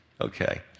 Okay